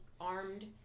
armed